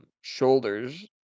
shoulders